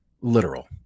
literal